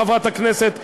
חברת הכנסת קסניה,